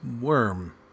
worm